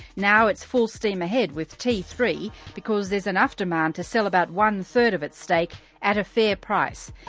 now it's full steam ahead with t three because there's enough demand to sell about one third of its stake at a fair price.